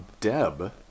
Deb